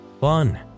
Fun